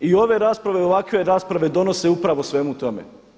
I ove rasprave ovakve rasprave donose upravo svemu tome.